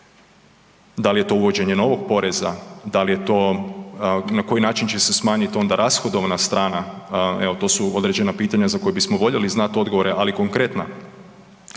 da li je to uvođenje novog poreza, na koji način će se smanjiti onda rashodovna strana? Evo to su određena pitanja za koja bismo voljeli znat odgovore, ali konkretna.